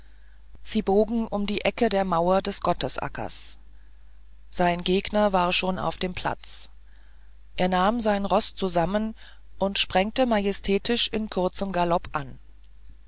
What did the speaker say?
sie bogen um die ecke der mauer des gottesackers sein gegner war schon auf dem platz er nahm sein roß zusammen und sprengte majestätisch im kurzen galopp an